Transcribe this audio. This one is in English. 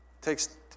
takes